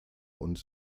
und